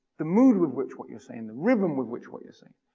the mood with which what you're saying, the rhythm with which what you're saying,